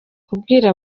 kubwira